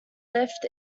lift